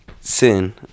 sin